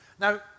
Now